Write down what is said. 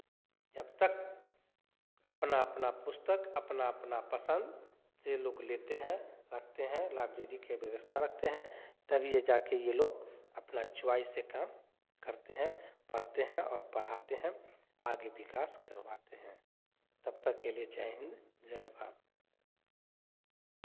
जब तक अपना अपना पुस्तक अपना अपना पसंद से लोग लेते हैं रखते हैं लाइब्रेरी के व्यवस्था रखते हैं तभीए जा के ये लोग अपना चॉइस से काम करते हैं पढ़ते हैं और पढ़ाते हैं आगे विकास करवाते हैं तब तक के लिए जय हिंद जय भारत